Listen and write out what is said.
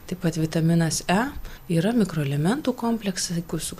taip pat vitaminas e yra mikroelementų kompleksai kur su